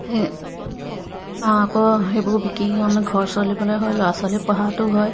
সেই মা আকৌ সেইবোৰ বিক্ৰী কৰি আমি ঘৰ চলিবলৈ হয় ল'ৰা ছোৱালী পঢ়াটো হয়